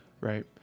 Right